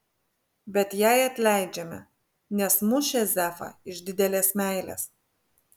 bet jai atleidžiame nes mušė zefą iš didelės meilės